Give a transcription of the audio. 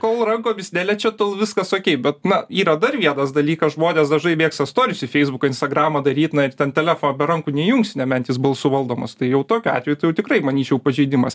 kol rankomis neliečia tol viskas okei bet na yra dar vienas dalykas žmonės dažnai mėgsta storius į feisbuką instagramą daryt na ir ten telefą be rankų neįjungsi neben jis balsu valdomas tai jau tokiu atveju tai jau tikrai manyčiau pažeidimas